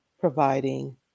providing